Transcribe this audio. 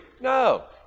No